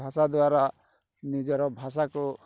ଭାଷାଦ୍ୱାରା ନିଜର ଭାଷାକୁ